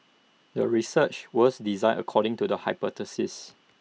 the research was designed according to the hypothesis